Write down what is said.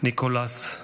ניקולס,